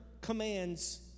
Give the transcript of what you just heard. commands